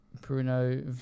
Bruno